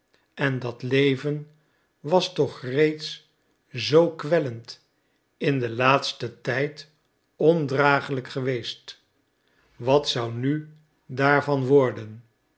en dat leven was toch reeds zoo kwellend in den laatsten tijd ondragelijk geweest wat zou nu daarvan worden